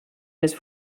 més